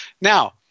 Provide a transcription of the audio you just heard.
now